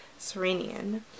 Serenian